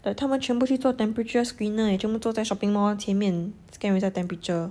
like 他们全部去做 temperature screener 也全部坐在 shopping mall 前面 scan 人家 temperature